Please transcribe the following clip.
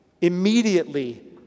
immediately